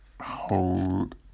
Hold